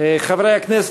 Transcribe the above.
חברי הכנסת,